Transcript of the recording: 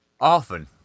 Often